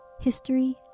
history